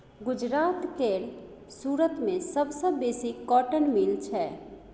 गुजरात केर सुरत मे सबसँ बेसी कॉटन मिल छै